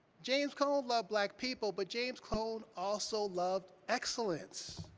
james cone loved black people, but james cone also loved excellence,